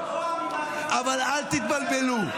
אבל אל תתבלבלו,